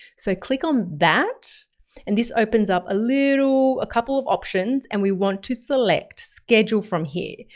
so click on that and this opens up a little, a couple of options and we want to select, schedule from here.